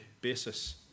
basis